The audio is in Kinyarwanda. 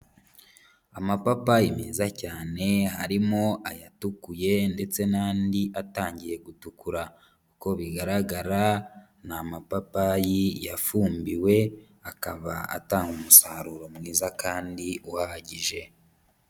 Amapapayi meza cyane harimo ayatukuye ndetse n'andi atangiye gutukura, uko bigaragara ni amapapayi yafumbiwe akaba atanga umusaruro mwiza kandi uhagije.